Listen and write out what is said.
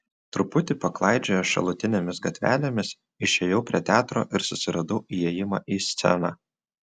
truputį paklaidžiojęs šalutinėmis gatvelėmis išėjau prie teatro ir susiradau įėjimą į sceną